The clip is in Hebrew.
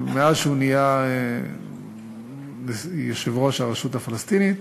מאז היה ליושב-ראש הרשות הפלסטינית.